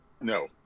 No